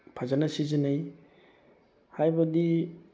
ꯐꯖꯅ ꯁꯤꯖꯤꯟꯅꯩ ꯍꯥꯏꯕꯗꯤ